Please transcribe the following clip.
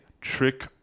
Trick